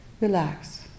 Relax